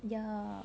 ya